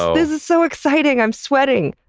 this is so exciting! i'm sweating!